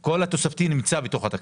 כל התוספתי נמצא בתוך התקציב.